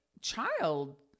child